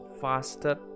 faster